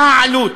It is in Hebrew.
מה העלות?